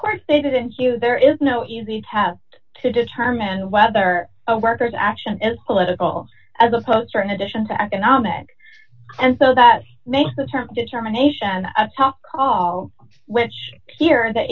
course they didn't you there is no easy test to determine whether workers action is political as a poster in addition to economic and so that makes the term determination a tough call which steer the